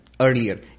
Earlier